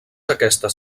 aquestes